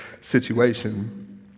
situation